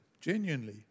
genuinely